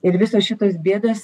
ir visos šitos bėdos